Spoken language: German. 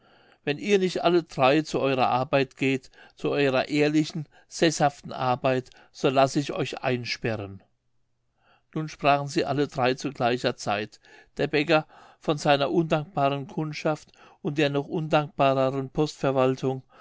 wenn ihr nich alle drei zu eurer arbeit geht zu eurer ehrlichen seßhaften arbeit so laß ich euch einsperren nun sprachen sie alle drei zu gleicher zeit der bäcker von seiner undankbaren kundschaft und der noch undankbareren